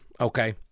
okay